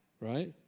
right